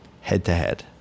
head-to-head